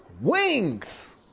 wings